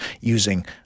using